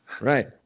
Right